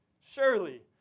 Surely